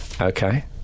Okay